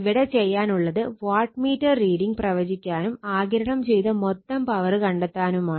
ഇവിടെ ചെയ്യാനുള്ളത് watt meter reading പ്രവചിക്കാനും ആഗിരണം ചെയ്ത മൊത്തം പവർ കണ്ടെത്താനുമാണ്